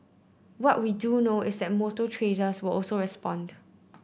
what we do know is that motor traders will also respond